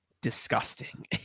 disgusting